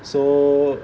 so